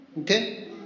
Okay